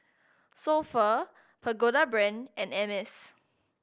So Pho Pagoda Brand and Hermes